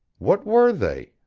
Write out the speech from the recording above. what were they?